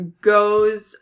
goes